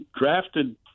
drafted